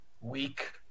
weak